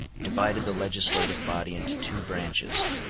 divided the legislative body into two branches.